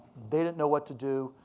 they didn't know what to do.